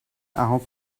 how